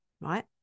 right